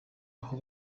aho